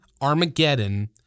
Armageddon